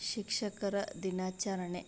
ಶಿಕ್ಷಕರ ದಿನಾಚರಣೆ